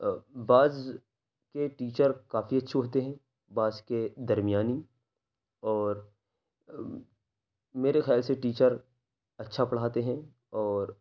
بعض کے ٹیچر کافی اچھے ہوتے ہیں بعض کے درمیانی اور میرے خیال سے ٹیچر اچھا پڑھاتے ہیں اور